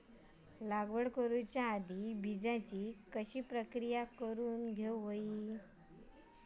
लागवड करूच्या अगोदर बिजाची प्रकिया कशी करून हवी?